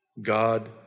God